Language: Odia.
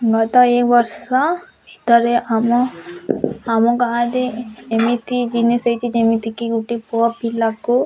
ମୁଁ ତ ଏଇବର୍ଷ ଥରେ ଆମ ଆମ ଗାଁରେ ଏମିତି ଜିନିଷ ହେଇଛି ଯେମିତି କି ଗୋଟେ ପୁଅପିଲାକୁ